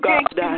God